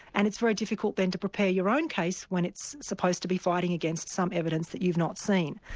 and it's very difficult then to prepare your own case when it's supposed to be fighting against some evidence that you've not seen.